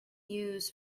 used